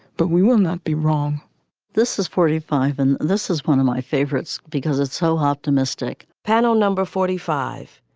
but we will not be wrong this is forty five and this is one of my favorites because it's so optimistic panel number forty five.